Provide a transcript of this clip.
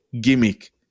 gimmick